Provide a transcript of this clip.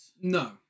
No